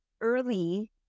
Early